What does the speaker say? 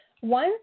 one